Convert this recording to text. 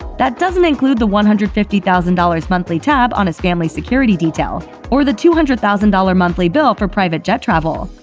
that doesn't include the one hundred and fifty thousand dollars monthly tab on his family's security detail or the two hundred thousand dollars monthly bill for private jet travel.